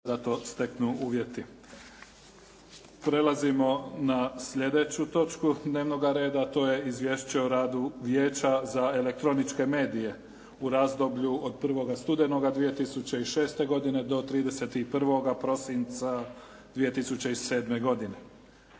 Neven (SDP)** Prelazimo na sljedeću točku dnevnoga reda, a to je: - Izvješće o radu Vijeća za elektroničke medije u razdoblju od 1. studenoga 2006. do 31. prosinca 2007. godine